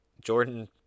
Jordan